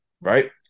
right